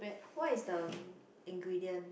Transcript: what is the ingredient